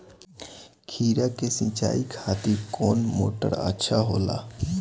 खीरा के सिचाई खातिर कौन मोटर अच्छा होला?